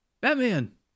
batman